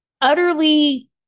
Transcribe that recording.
utterly